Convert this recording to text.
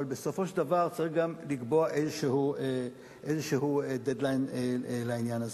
אבל בסופו של דבר צריך גם לקבוע איזה "דד ליין" לעניין הזה.